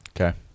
Okay